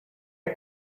are